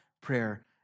prayer